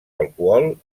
alcohol